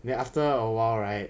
then after a while right